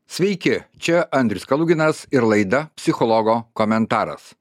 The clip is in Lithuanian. sveiki čia andrius kaluginas ir laida psichologo komentaras